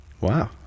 Wow